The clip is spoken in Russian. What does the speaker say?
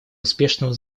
успешного